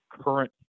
current